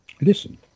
Listen